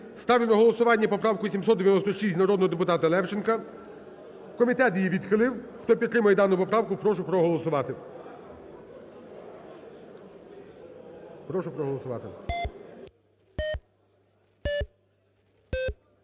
ставлю на голосування поправку 796 народного депутата Левченка. Комітет її відхилив, хто підтримує дану поправку, прошу проголосувати, прошу проголосувати.